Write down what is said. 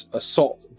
assault